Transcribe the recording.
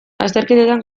azterketetan